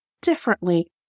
differently